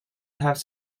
have